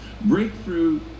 Breakthrough